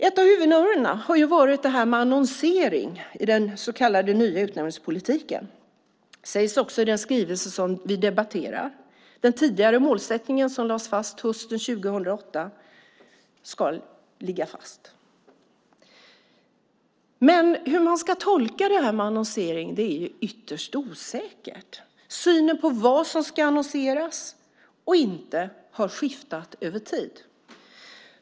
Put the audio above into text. Ett av huvudnumren har varit det här med annonsering i den så kallade nya utnämningspolitiken. Det sägs också i den skrivelse som vi nu debatterar. Den tidigare målsättningen, som lades fast hösten 2008, ska ligga fast. Men hur man ska tolka det här med annonsering är ytterst osäkert. Synen på vad som ska annonseras eller inte har skiftat över tid.